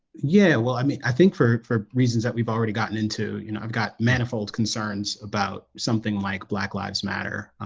yeah, well, i mean i think for for reasons that we've already gotten into you know i've got manifold concerns about something like black lives matter,